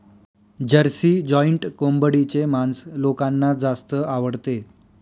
Jersey giant कोंबडीचे मांस लोकांना जास्त आवडते